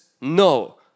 no